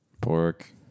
Pork